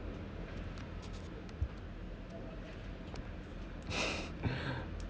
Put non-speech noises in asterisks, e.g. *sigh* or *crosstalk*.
*laughs*